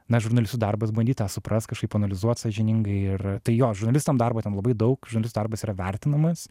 na žurnalistų darbas bandyt tą suprast kažkaip analizuot sąžiningai ir tai jo žurnalistam darbo ten labai daug žurnalisto darbas yra vertinamas